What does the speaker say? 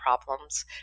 problems